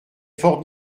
fort